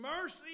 mercy